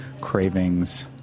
cravings